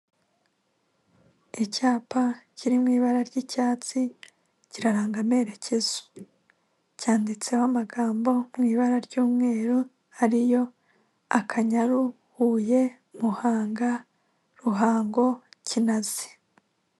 Icyapa kiri mu ibara ry'icyatsi kiraranga amerekezo, cyanditseho amagambo mu ibara ry'umweru ari yo Akanyaru, Huye, Muhanga, Ruhango, Kinazi.